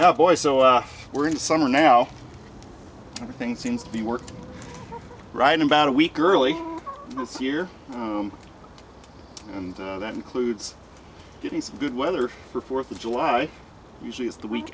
yeah boy so we're in summer now everything seems to be worked right about a week early this year and that includes getting some good weather for fourth of july usually it's the week